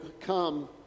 come